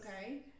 Okay